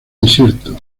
desierto